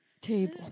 table